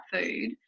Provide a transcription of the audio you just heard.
food